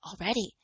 already